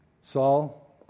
Saul